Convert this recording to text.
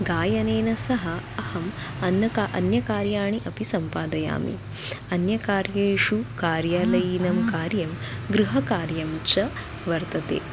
गायनेन सह अहम् अन्यका अन्यकार्याणि अपि सम्पादयामि अन्यकार्येषु कार्यालयीनां कार्यं गृहकार्यं च वर्तते